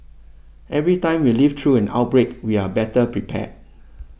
every time we live through an outbreak we are better prepared